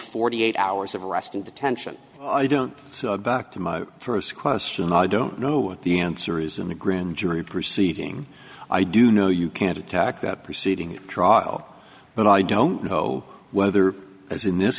forty eight hours of arrest and detention i don't back to my first question i don't know what the answer is in the grand jury proceeding i do know you can't attack that proceeding in trial but i don't know whether as in this